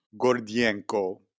Gordienko